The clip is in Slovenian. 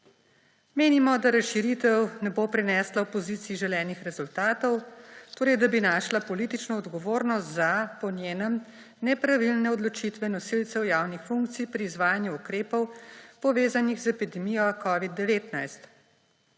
Menimo, da razširitev ne bo prinesla opoziciji želenih rezultatov, torej da bi našla politično odgovornost za, po njenem, nepravilne odločitve nosilcev javnih funkcij pri izvajanju ukrepov, povezanih z epidemijo COVID-19.